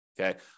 Okay